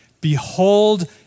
behold